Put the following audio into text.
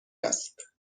است